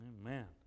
Amen